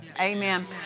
Amen